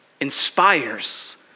inspires